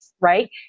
right